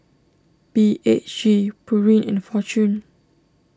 B H G Pureen and Fortune